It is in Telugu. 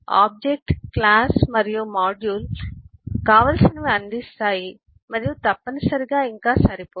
ఆబ్జెక్ట్ క్లాసు మరియు మాడ్యూల్ అందిస్తాయి మరియు తప్పనిసరిగా ఇంకా సరిపోవు